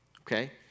okay